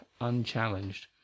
unchallenged